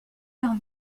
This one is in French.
leur